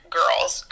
girls